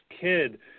kid